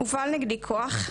הופעל נגדי כוח,